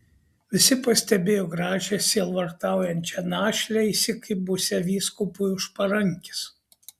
visi pastebėjo gražią sielvartaujančią našlę įsikibusią vyskupui už parankės